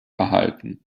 erhalten